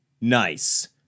Nice